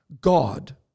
God